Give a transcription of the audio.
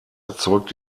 erzeugt